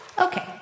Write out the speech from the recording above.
Okay